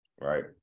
right